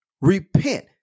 Repent